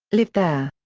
lived there.